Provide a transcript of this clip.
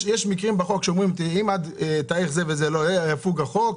יש מקרים בחוק שאומרים: אם עד לתאריך זה וזה לא יהיה יפוג החוק,